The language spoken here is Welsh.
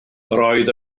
oedd